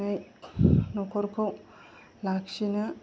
न'खरखौ लाखिनो